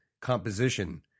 composition